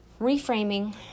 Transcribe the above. reframing